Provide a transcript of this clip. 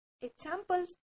Examples